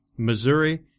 Missouri